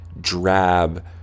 drab